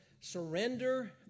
surrender